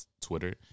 Twitter